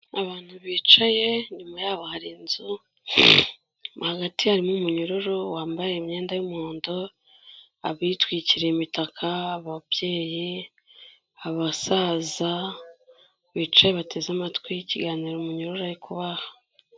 Abantu bicaye inyuma yabo hari inzu, mo hagati harimo umunyururu wambaye imyenda y'umuhondo, abitwikiriye imitaka, ababyeyi, abasaza bicaye bateze amatwi ikiganiro umunyuru ari kubaha.